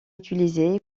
utilisé